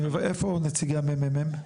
איפה נציגי הממ"מ?